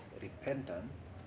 repentance